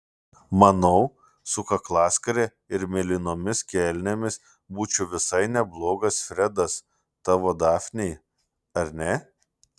manau su kaklaskare ir mėlynomis kelnėmis būčiau visai neblogas fredas tavo dafnei ar ne